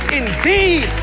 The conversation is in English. indeed